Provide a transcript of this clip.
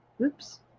Oops